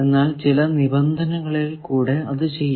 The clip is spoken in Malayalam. എന്നാൽ ചില നിബന്ധനകളിൽ കൂടെ അത് ചെയ്യാം